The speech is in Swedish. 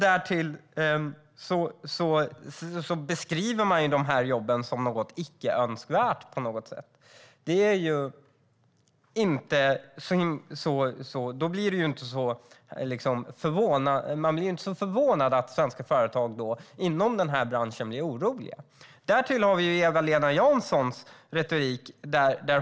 Därtill beskriver man på något sätt de här jobben som icke önskvärda. Då blir man inte så förvånad över att svenska företag inom den här branschen blir oroliga. Därtill har vi Eva-Lena Janssons retorik.